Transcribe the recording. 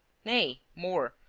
nay, more,